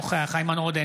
אינו נוכח איימן עודה,